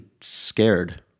scared